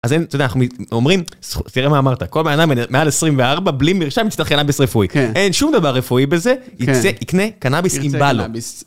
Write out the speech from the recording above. אז אנחנו אומרים, תראה מה אמרת, כל בן אדם מעל 24, בלי מרשם, יצטרך קנביס רפואי. אין שום דבר רפואי בזה, יצא, יקנה קנאביס אם בא לו.